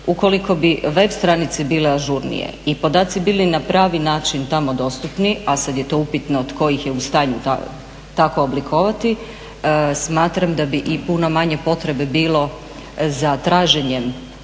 koliko bi web stranice bile ažurnije i podaci bili na pravi način tamo dostupni, a sad je to upitno tko ih je u stanju tako oblikovati, smatram da bi i puno manje potrebe bilo za traženjem